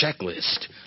checklist